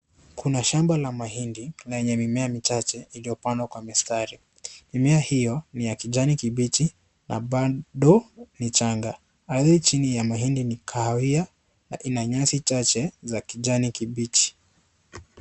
Kuna Shamba la mahindi lenye mimea michache iliyopandwa Kwa mistari . Mimea hiyo ni ya kijani kibichi na bado ni changa ardhi ya chini ya mahindi ni ya kahawia na kuna nyasi chache za kijani kibichi.